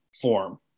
form